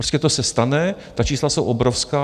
Prostě to se stane, ta čísla jsou obrovská.